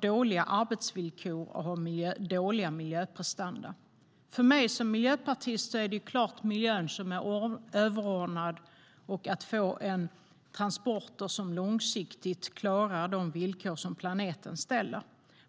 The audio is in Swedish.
dåliga arbetsvillkor och dålig miljöprestanda. För mig som miljöpartist är det överordnade självklart miljön och att få transporter som långsiktigt klarar de villkor som planeten ställer.